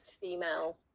female